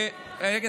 אתם נורמליים,